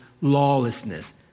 lawlessness